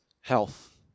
health